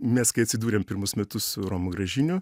mes kai atsidūrėm pirmus metus su romu gražiniu